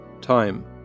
Time